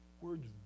Words